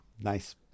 Nice